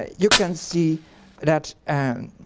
you can see that and